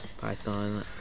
python